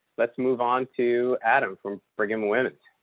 let's move on to adam from brigham women's